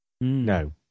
No